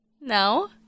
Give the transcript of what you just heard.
No